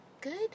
Good